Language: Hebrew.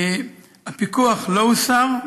הפיקוח לא הוסר.